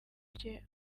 duke